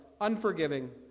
unforgiving